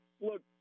look